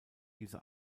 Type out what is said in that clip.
diese